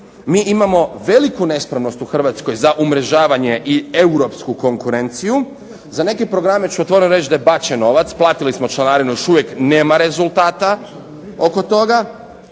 mi imamo veliku nespremnost u Hrvatskoj za umrežavanje i Europsku konkurenciju. Za neke programe ću otvoreno reći da je bačen novac, platili smo članarinu, još uvijek nema rezultata oko toga,